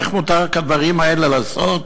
איך מותר כדברים האלה לעשות?